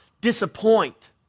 disappoint